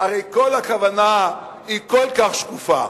הרי כל הכוונה היא כל כך שקופה,